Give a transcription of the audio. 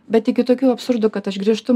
bet iki tokių absurdų kad aš grįžtu